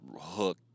hook